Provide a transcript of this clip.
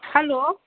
hello